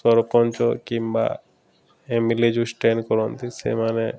ସରପଞ୍ଚ କିମ୍ବା M L A ଯେଉଁ stand କରନ୍ତି ସେମାନେ